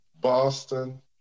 Boston